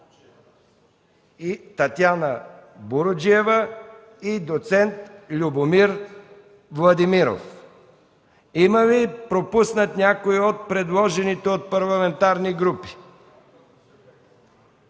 Татяна Буруджиева и доц. Любомир Владимиров.“ Има ли пропуснат някой от предложените от парламентарните групи?